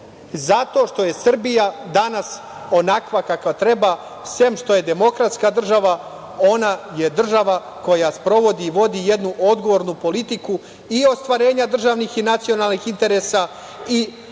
zato što je Srbija danas onakva kakva treba, sem što je demokratska država, ona je država koja sprovodi i vodi jednu odgovornu politiku, i ostvarenja državnih i nacionalnih interesa i